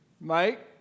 Mike